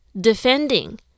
defending